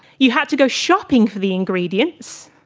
you had to go shopping for the ingredients,